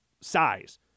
size